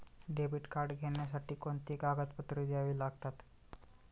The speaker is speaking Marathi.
डेबिट कार्ड घेण्यासाठी कोणती कागदपत्रे द्यावी लागतात?